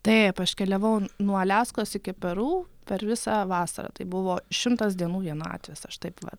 taip aš keliavau nuo aliaskos iki peru per visą vasarą tai buvo šimtas dienų vienatvės aš taip va